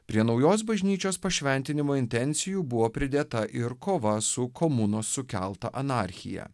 prie naujos bažnyčios pašventinimo intencijų buvo pridėta ir kova su komunos sukelta anarchija